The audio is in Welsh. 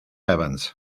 evans